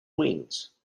wings